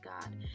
God